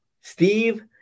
Steve